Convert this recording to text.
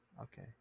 Okay